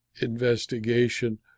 investigation